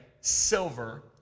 silver